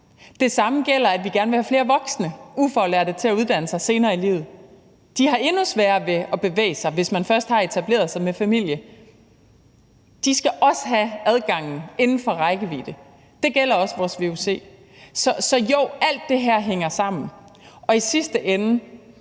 Det samme gælder, i forhold til at vi gerne vil have flere voksne ufaglærte til at uddanne sig senere i livet. De har endnu sværere ved at bevæge sig, altså hvis man først har etableret sig med familie. De skal også have adgangen inden for rækkevidde. Og det gælder også vores vuc. Så jo, alt det her hænger sammen, og i sidste ende